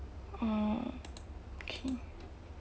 oh okay